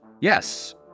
Yes